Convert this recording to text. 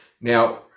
Now